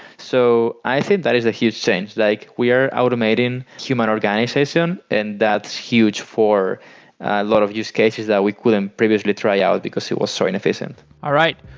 so i think that is a huge change. like we are automating human organization and that's huge for a lot of use cases that we couldn't previously try out because it was so inefficient all right.